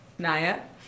Naya